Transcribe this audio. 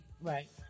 Right